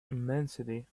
immensity